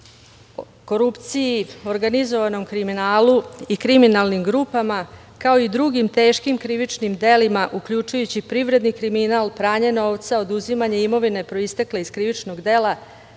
korupciji, organizovanom kriminalu i kriminalnim grupama, kao i drugim teškim krivičnim delima uključujući privredni kriminal, pranje novca, oduzimanje imovine proistekle iz krivičnog dela,